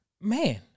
man